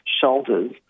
shoulders